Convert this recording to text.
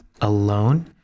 alone